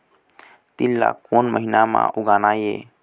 तील ला कोन महीना म उगाना ये?